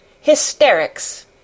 hysterics